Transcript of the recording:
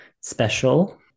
special